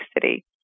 City